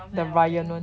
the ryan [one]